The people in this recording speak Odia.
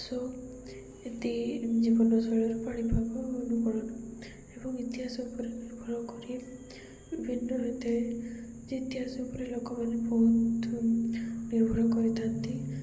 ସୋ ଏତିକି ଜୀବନରଶୈଳୀର ପାଣିପାଗ ଅନୁକରଣ ଏବଂ ଇତିହାସ ଉପରେ ନିର୍ଭର କରି ବିଭିନ୍ନ ଏତ ଇତିହାସ ଉପରେ ଲୋକମାନେ ବହୁତ ନିର୍ଭର କରିଥାନ୍ତି